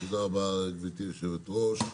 תודה רבה, גברתי היושבת-ראש,